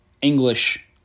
English